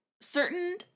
certain